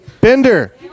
Bender